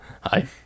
Hi